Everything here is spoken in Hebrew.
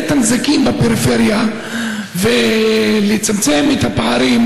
את הנזקים בפריפריה ולצמצם את הפערים,